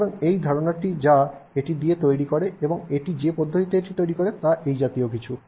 সুতরাং এই ধারণাটি যা এটি দিয়ে এটি করে এবং এটি যে পদ্ধতিতে এটি করে এটি এই জাতীয় কিছু